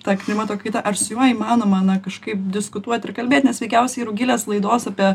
ta klimato kaita ar su juo įmanoma na kažkaip diskutuoti ir kalbėti nes veikiausiai rugilės laidos apie